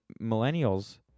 millennials